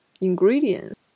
ingredient